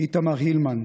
איתמר הילמן,